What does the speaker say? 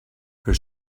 her